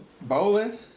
bowling